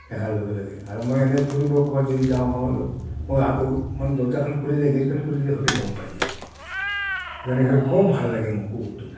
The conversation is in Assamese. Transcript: দেখাৰ লগে লগে আৰু মই এনে ফুৰিব ক'ৰবাত যদি যাওঁ মই মই অহাটো মই দৰ্জাখন খুলিলে গেটখন খুলিলে সিহঁতে গম পায় যায় সেইকাৰণে সিহঁতক খুব ভাল লাগে মোক কুকুৰটো